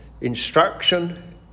instruction